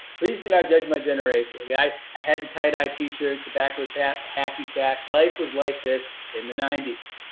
please do not judge my generation. yeah i had the tie-dye tee-shirts, the backwards hat, hacky sack, life was like this in the ninety s.